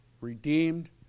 redeemed